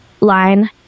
line